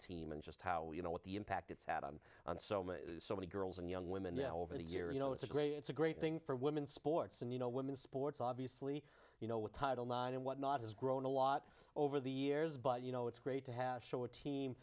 team and just how you know what the impact it's had on so many so many girls and young women over the years you know it's a great it's a great thing for women sports and you know women's sports obviously you know with title nine and whatnot has grown a lot over the years but you know it's great to have show a team